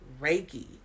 Reiki